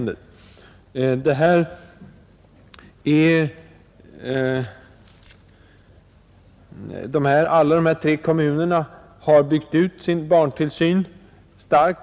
Dessa tre kommuner har starkt byggt ut sin barntillsyn.